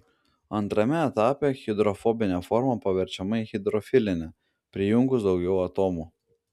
antrame etape hidrofobinė forma paverčiama į hidrofilinę prijungus daugiau atomų